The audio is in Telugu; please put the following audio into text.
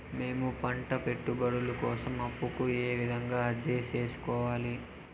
మేము పంట పెట్టుబడుల కోసం అప్పు కు ఏ విధంగా అర్జీ సేసుకోవాలి?